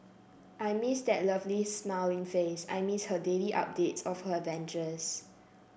I miss that lovely smiling face I miss her daily updates of her adventures